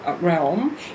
realm